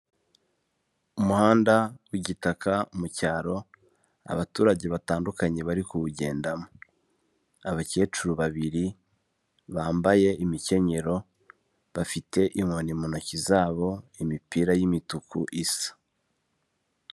Umuhanda w'igitaka mu cyaro abaturage batandukanye bari kuwugendamo, abakecuru babiri bambaye imikenyero bafite inkoni mu ntoki zabo imipira y'imituku isa.